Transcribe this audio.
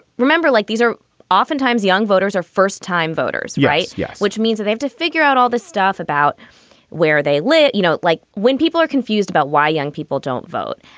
remember, like these are oftentimes young voters or first time voters. right. yes. which means they have to figure out all the stuff about where they live. you know, like when people are confused about why young people don't vote,